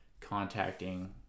contacting